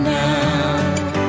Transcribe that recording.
now